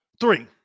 three